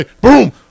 boom